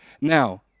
Now